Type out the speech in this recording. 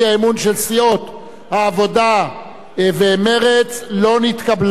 העבודה ומרצ לא נתקבלה וירדה מסדר-היום.